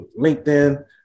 LinkedIn